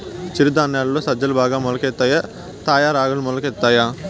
చిరు ధాన్యాలలో సజ్జలు బాగా మొలకెత్తుతాయా తాయా రాగులు మొలకెత్తుతాయా